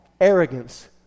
Arrogance